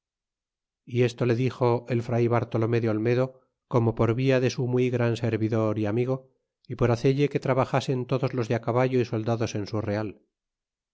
y esto le dixo el fray bartolome de olmedo como por via de su muy gran servidor y amigo y por hacelle que trabajasen todos los de á caballo y soldados en su real